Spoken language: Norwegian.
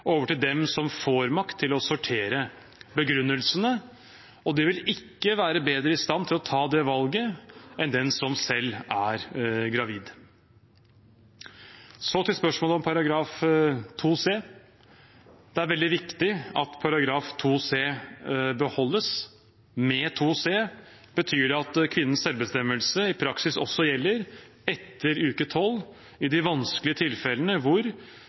over til dem som får makt til å sortere begrunnelsene. Og de vil ikke være bedre i stand til å ta det valget enn den som selv er gravid. Så til spørsmålet om § 2 c. Det er veldig viktig at § 2 c beholdes. Med § 2 c betyr det at kvinnens selvbestemmelse i praksis også gjelder etter uke tolv i de vanskelige tilfellene hvor